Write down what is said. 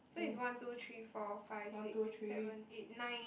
so it's one two three four five six seven eight nine